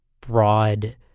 broad